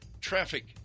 traffic